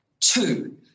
two